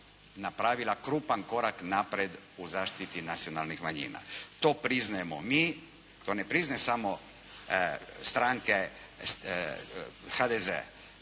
napravila krupan korak naprijed u zaštiti nacionalnih manjina. To priznajemo mi, to ne priznaju samo stranke HDZ-a,